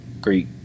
great